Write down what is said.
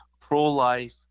pro-life